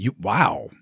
Wow